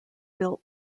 built